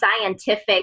scientific